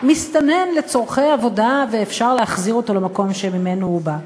מסתנן לצורכי עבודה ואפשר להחזיר אותו למקום שממנו בא.